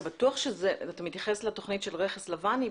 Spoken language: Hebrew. אתה מתייחס לתכנית של רכס לבן?